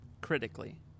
Critically